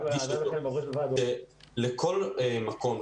לכל מקום,